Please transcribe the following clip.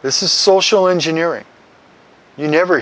this is social engineering you never